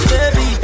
Baby